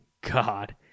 God